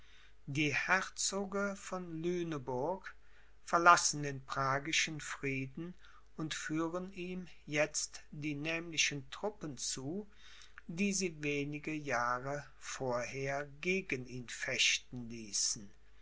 die herzoge von lüneburg verlassen den pragischen frieden und führen ihm jetzt die nämlichen truppen zu die sie wenige jahre vorher gegen ihn fechten ließen